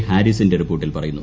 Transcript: ഹാരിസിന്റെ റിപ്പോർട്ടിൽ പറയുന്നു